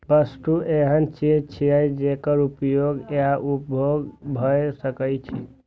वस्तु एहन चीज छियै, जेकर उपयोग या उपभोग भए सकै छै